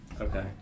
Okay